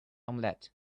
omelette